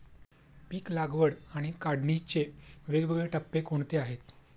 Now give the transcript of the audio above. पीक लागवड आणि काढणीचे वेगवेगळे टप्पे कोणते आहेत?